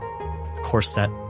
corset